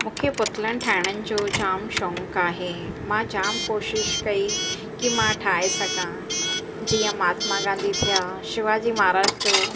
मूंखे पुतलनि ठाहिणनि जो जाम शौक़ु आहे मां जाम कोशिशि कई की मां ठाहे सघां जीअं महात्मा गांधी थिया शिवाजी महाराज थियो